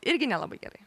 irgi nelabai gerai